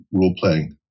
role-playing